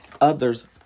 others